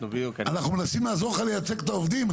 אנחנו מנסים לעזור לך לייצג את העובדים.